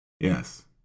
yes